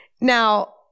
Now